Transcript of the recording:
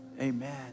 amen